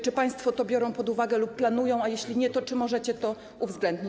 Czy państwo to biorą pod uwagę lub planują, a jeśli nie, to czy możecie to uwzględnić?